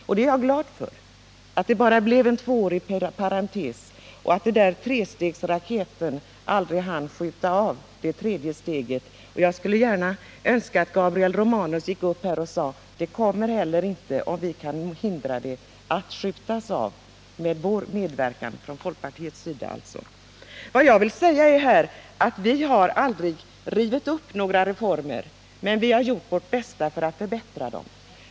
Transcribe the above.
Jag är glad över att det bara blev en tvåårig parentes och att det tredje steget i trestegsraketen aldrig hann skjutas av. Jag skulle önska att Gabriel Romanus gick upp här och sade: Det kommer inte något tredje steg, om vi kan hindra det — åtminstone inte med folkpartiets medverkan. Vi har inte rivit upp några reformer, men vi har gjort vårt bästa för att förbättra dem.